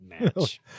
match